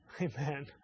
Amen